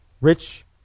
rich